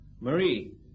Marie